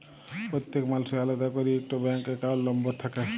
প্যত্তেক মালুসের আলেদা ক্যইরে ইকট ব্যাংক একাউল্ট লম্বর থ্যাকে